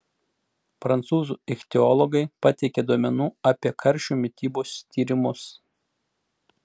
prancūzų ichtiologai pateikė duomenų apie karšių mitybos tyrimus